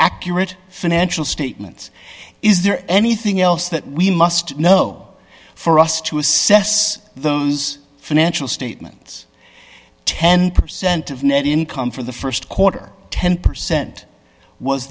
accurate financial statements is there anything else that we must know for us to assess those financial statements ten percent of net income for the st quarter ten percent was